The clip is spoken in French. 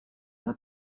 pas